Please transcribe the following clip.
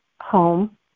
home